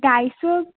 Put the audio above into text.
ढाई सौ